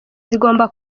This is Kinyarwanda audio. zigomba